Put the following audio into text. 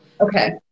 okay